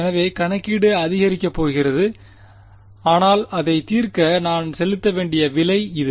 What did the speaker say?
எனவே கணக்கீடு அதிகரிக்கப் போகிறது ஆனால் இதைத் தீர்க்க நான் செலுத்த வேண்டிய விலை இது